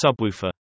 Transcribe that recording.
subwoofer